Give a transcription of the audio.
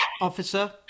officer